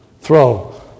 throw